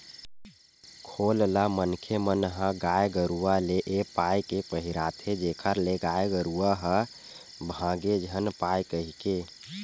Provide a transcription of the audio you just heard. खोल ल मनखे मन ह गाय गरुवा ले ए पाय के पहिराथे जेखर ले गाय गरुवा ह भांगे झन पाय कहिके